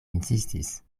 insistis